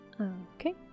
Okay